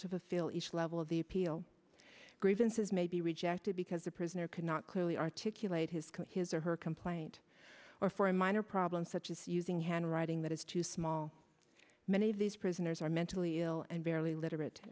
feel each level of the appeal grievances may be rejected because the prisoner cannot clearly articulate his coat his or her complaint or for a minor problem such as using hand writing that is too small many of these prisoners are mentally ill and barely literate